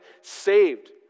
saved